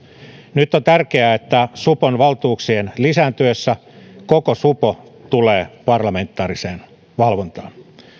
nyt on tärkeää että supon valtuuksien lisääntyessä koko supo tulee parlamentaariseen valvontaan